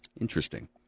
interesting